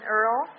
Earl